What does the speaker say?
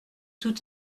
tout